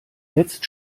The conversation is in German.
jetzt